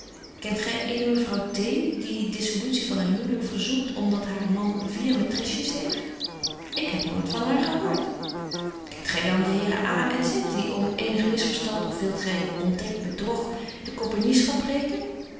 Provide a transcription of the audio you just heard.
kent gy eene mevrouw t die dissolutie van haar huwlyk verzoekt om dat haar man vier maitresjes heeft ik heb nooit van haar gehoort kent gy dan de heren a en z die om eenig misverstand of wilt gy ondekt bedrog de compagnieschap breken